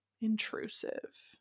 intrusive